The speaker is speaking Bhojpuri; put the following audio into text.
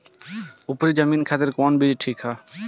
उपरी जमीन खातिर कौन बीज ठीक होला?